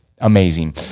amazing